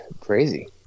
Crazy